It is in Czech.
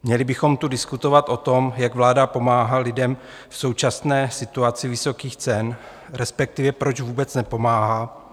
Měli bychom tu diskutovat o tom, jak vláda pomáhá lidem v současné situaci vysokých cen, respektive proč vůbec nepomáhá.